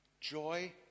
joy